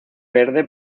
verde